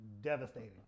devastating